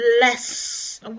less